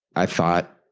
i thought,